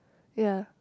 ya